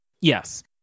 Yes